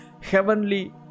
heavenly